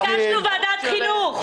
ביקשנו ועדת חינוך.